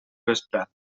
vesprada